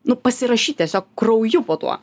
nu pasirašyt tiesiog krauju po tuo